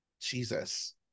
Jesus